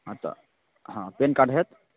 हँ तऽ हँ पैन कार्ड हैत